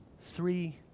three